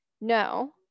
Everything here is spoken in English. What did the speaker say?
No